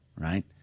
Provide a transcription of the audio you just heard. right